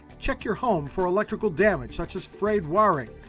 check your home for electrical damage such as frayed wiring.